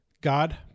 God